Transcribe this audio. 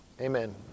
Amen